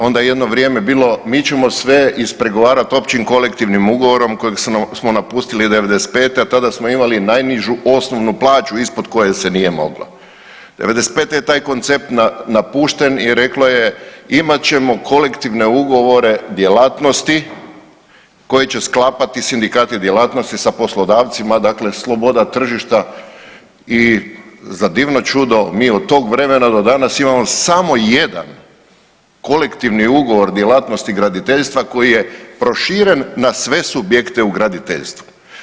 Onda je jedno vrijeme bilo mi ćemo sve ispregovarat općim kolektivnim ugovorom kojeg smo napustili '95., a tada smo imali najnižu osnovnu plaću ispod koje se nije moglo. '95.-te je taj koncept napušten i reklo je imat ćemo kolektivne ugovore djelatnosti koje će sklapati sindikati djelatnosti sa poslodavcima, dakle sloboda tržišta i za divno čudo mi od tog vremena do danas imamo samo jedan kolektivni ugovor djelatnosti graditeljstva koji je proširen na sve subjekte u graditeljstvu.